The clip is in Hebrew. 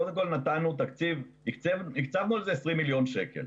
קודם כל, תקצבנו לזה 20 מיליון שקלים.